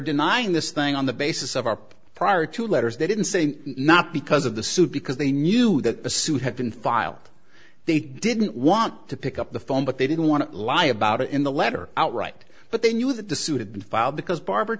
denying this thing on the basis of our prior to letters they didn't say not because of the suit because they knew that a suit had been filed they didn't want to pick up the phone but they didn't want to lie about it in the letter outright but they knew that the suit had been filed because barb